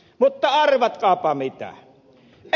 mutta arvatkaapa mitä